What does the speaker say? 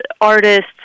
artists